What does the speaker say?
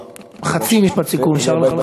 חצי משפט סיכום נשאר לך.